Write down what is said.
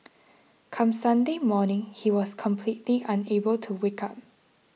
come Sunday morning he was completely unable to wake up